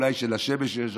אולי לשמש יש השפעה,